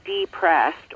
depressed